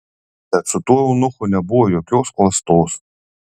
bet su tuo eunuchu nebuvo jokios klastos